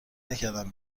نکردم